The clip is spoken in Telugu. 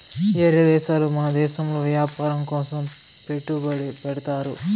ఏరే దేశాలు మన దేశంలో వ్యాపారం కోసం పెట్టుబడి పెడ్తారు